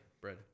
bread